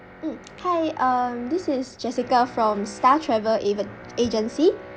mm hi um this is jessica from star travel agen~ agency